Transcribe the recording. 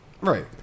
right